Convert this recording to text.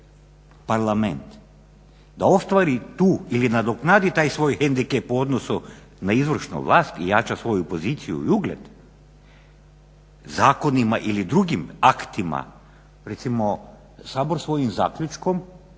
Parlament da ostvari tu ili nadoknadi taj svoj hendikept u odnosu na izvršnu vlast i jača svoju poziciju i ugled zakonima ili drugim aktima. Recimo Sabor svojim zaključkom